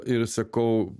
ir sakau